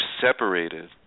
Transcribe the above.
separated